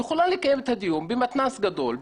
היא יכולה לקיים את הדיון במתנ"ס גדול,